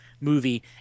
movie